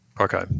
Okay